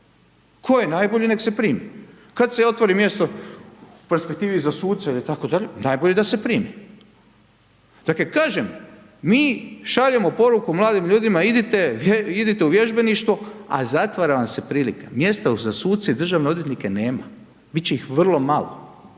Tko je najbolji nek se primi, kada se otvori mjesto u perspektivi za suce itd. najbolje je da se primi. Dakle, kažem, mi šaljemo poruku mladim ljudima, idite, idite u vježbeništvo a zatvara vam se prilika, mjesto za suce i državne odvjetnike nema, biti će ih vrlo malo.